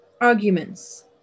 arguments